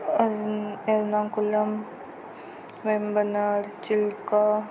earn Ernakulam Vembanad Chilka